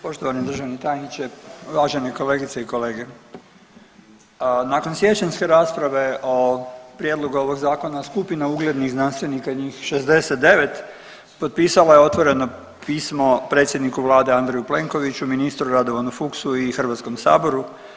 Poštovani državni tajniče, uvažene kolegice i kolege, nakon siječanjske rasprave o prijedlogu ovog zakona skupina uglednih znanstvenika njih 69 potpisala je otvoreno pismo predsjedniku vlade Andreju Plenkoviću, ministru Radovanu Fuchsu i Hrvatskom saboru.